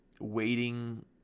waiting